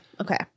Okay